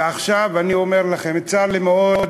ועכשיו אני אומר לכם: צר לי מאוד,